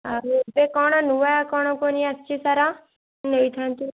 ଆଉ ଏବେ କ'ଣ ନୂଆ କ'ଣ ପୁଣି ଆସିଛି ସାର ମୁଁ ନେଇଥାନ୍ତି